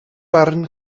barn